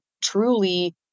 truly